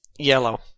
Yellow